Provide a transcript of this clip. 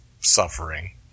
suffering